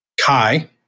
Kai